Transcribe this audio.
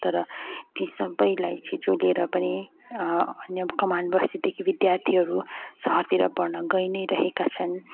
तर ती सबैलाई छिचोलेर पनि अन्य कमान बस्तीदेखि विद्यार्थीहरू सहरतिर पढ्न गइ नै रहेका छन्